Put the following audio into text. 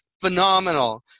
phenomenal